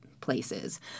places